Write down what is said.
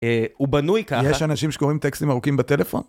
הוא בנוי ככה. יש אנשים שקוראים טקסטים ארוכים בטלפון.